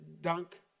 dunk